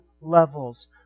levels